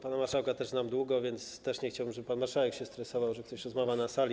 Pana marszałka też znam długo, więc też nie chciałbym, żeby pan marszałek się stresował tym, że ktoś rozmawia na sali.